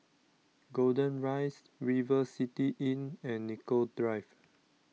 Golden Rise River City Inn and Nicoll Drive